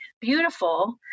beautiful